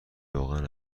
روغن